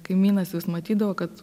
kaimynas vis matydavo kad